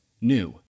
new